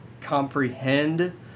comprehend